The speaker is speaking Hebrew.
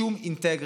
שום אינטגריטי,